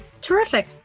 Terrific